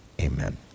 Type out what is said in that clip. amen